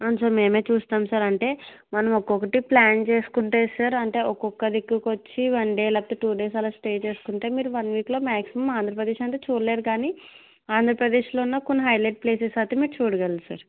అవును సర్ మేమే చూస్తాము సర్ అంటే మనం ఒక్కొక్కటి ప్లాన్ చేసుకుంటే సర్ అంటే ఒక్కోక్క దిక్కుకి వన్ డే లేకపోతే టూ డేస్ అలా స్టే చేసుకుంటే మీరు వన్ వీక్లో మ్యాగ్సిమమ్ ఆంధ్రప్రదేశ్ అంతా మీరు చూడలేరు కానీ ఆంధ్రప్రదేశ్లో ఉన్న కొన్ని హైలెట్ ప్లేసెస్ అయితే మీరు చూడగలరు సార్